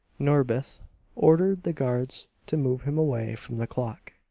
norbith ordered the guards to move him away from the clock.